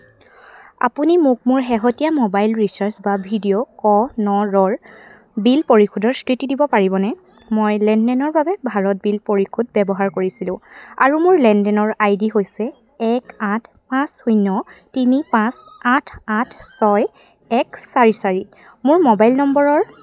আপুনি মোক মোৰ শেহতীয়া মোবাইল ৰিচাৰ্জ বা ভিডিঅ' ক নৰৰ বিল পৰিশোধৰ স্থিতি দিব পাৰিবনে মই লেনদেনৰ বাবে ভাৰত বিল পৰিশোধ ব্যৱহাৰ কৰিছিলোঁ আৰু মোৰ লেনদেনৰ আই ডি হৈছে এক আঠ পাঁচ শূন্য তিনি পাঁচ আঠ আঠ ছয় এক চাৰি চাৰি মোৰ মোবাইল নম্বৰৰ